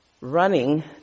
running